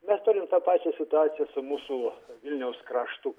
mes turim tą pačią situaciją su mūsų vilniaus kraštu